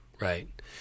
Right